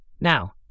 Now